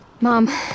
Mom